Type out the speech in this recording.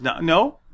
No